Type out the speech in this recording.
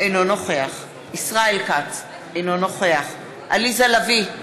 אינו נוכח ישראל כץ, אינו נוכח עליזה לביא,